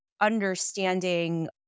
understanding